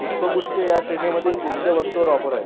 पुष्पगुच्छ या श्रेणीमधील कोणत्या वस्तूवर ऑफर आहेत